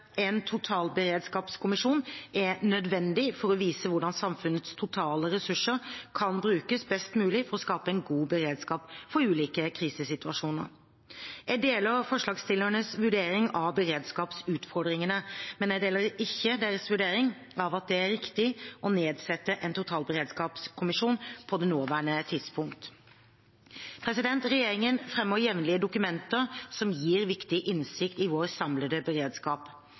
en totalberedskapskommisjon er nødvendig for å vise hvordan samfunnets totale ressurser kan brukes best mulig for å skape en god beredskap for ulike krisesituasjoner. Jeg deler forslagsstillernes vurdering av beredskapsutfordringene, men jeg deler ikke deres vurdering av at det er riktig å nedsette en totalberedskapskommisjon på det nåværende tidspunkt. Regjeringen fremmer jevnlig dokumenter som gir viktig innsikt i vår samlede beredskap.